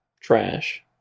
trash